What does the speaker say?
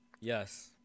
Yes